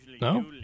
No